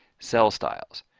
cell styles,